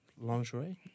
lingerie